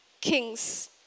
kings